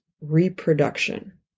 reproduction